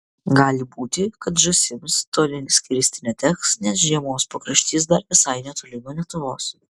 gali būti kad žąsims toli skristi neteks nes žiemos pakraštys dar visai netoli nuo lietuvos